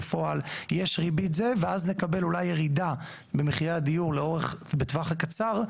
בפועל ויש ריבית גבוהה ואז נקבל אולי ירידה במחירי הדיור בטווח הקצר,